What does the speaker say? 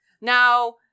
Now